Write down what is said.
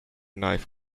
knife